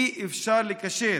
אי-אפשר לקשט,